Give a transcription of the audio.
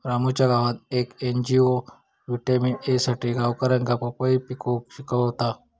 रामूच्या गावात येक एन.जी.ओ व्हिटॅमिन ए साठी गावकऱ्यांका पपई पिकवूक शिकवता